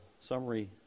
summary